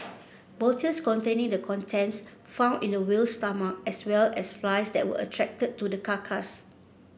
bottles containing the contents found in the whale's stomach as well as flies that were attracted to the carcass